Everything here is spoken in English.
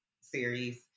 series